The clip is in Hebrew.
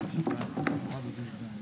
הישיבה ננעלה בשעה 13:32.